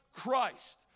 Christ